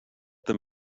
them